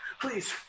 Please